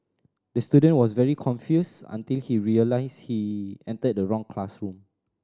the student was very confused until he realised he entered the wrong classroom